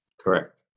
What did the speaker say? Correct